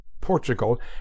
Portugal